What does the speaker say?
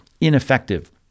ineffective